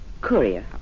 courier